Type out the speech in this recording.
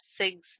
SIGS